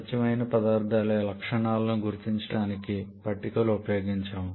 స్వచ్ఛమైన పదార్ధాల లక్షణాలను గుర్తించడానికి పట్టికలు ఉపయోగించాము